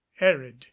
arid